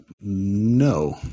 no